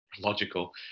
logical